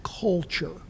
culture